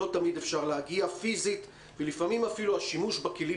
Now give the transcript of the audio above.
לא תמיד אפשר להגיע פיזית ולפעמים אפילו השימוש בכלים